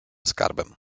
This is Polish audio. skarbem